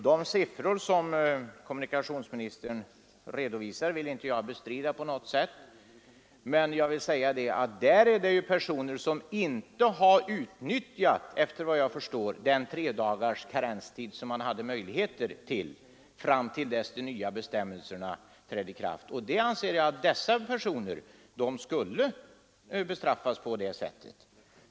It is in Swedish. De siffror som kommunikationsministern redovisat vill jag inte bestrida på något sätt, men där gäller det, såvitt jag förstår, personer som inte har utnyttjat den tre dagars karenstid man hade möjlighet till fram till dess att de nya bestämmelserna trädde i kraft. Jag anser att dessa personer skulle straffas på sätt som skett.